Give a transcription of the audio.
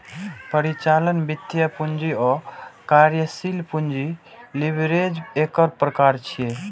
परिचालन, वित्तीय, पूंजी आ कार्यशील पूंजी लीवरेज एकर प्रकार छियै